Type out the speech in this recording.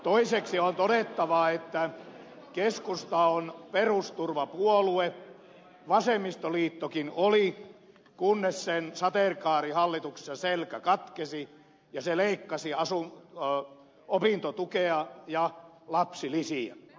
toiseksi on todettava että keskusta on perusturvapuolue vasemmistoliittokin oli kunnes sateenkaarihallituksessa sen selkä katkesi ja se leikkasi opintotukea ja lapsilisiä